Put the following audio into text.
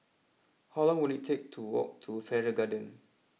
how long will it take to walk to Farrer Garden